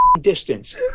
distance